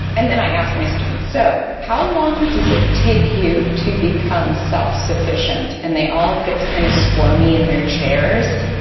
and then i ask my students, so, how long does it take you to become self-sufficient? and they all get kind of squirmy in their chairs,